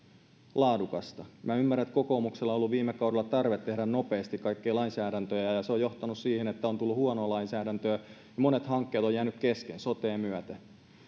laadukasta minä ymmärrän että kokoomuksella on ollut viime kaudella tarve tehdä nopeasti kaikkia lainsäädäntöjä ja ja se on johtanut siihen että on tullut huonoa lainsäädäntöä ja monet hankkeet ovat jääneet kesken sotea myöten